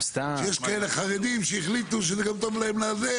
שיש כאלה חרדים שהחליטו שזה גם טוב להם לזה.